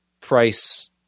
price